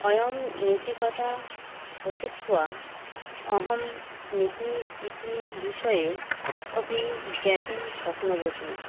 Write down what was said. इयं नीतिकथां पठित्वा अहं नीतिः इति विषये अपि ज्ञातुं शक्तवती